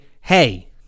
Hey